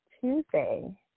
Tuesday